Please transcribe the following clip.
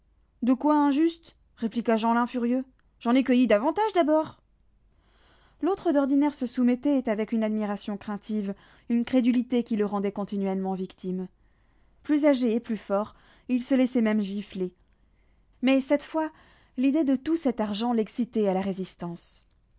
de quoi injuste répliqua jeanlin furieux j'en ai cueilli davantage d'abord l'autre d'ordinaire se soumettait avec une admiration craintive une crédulité qui le rendait continuellement victime plus âgé et plus fort il se laissait même gifler mais cette fois l'idée de tout cet argent l'excitait à la résistance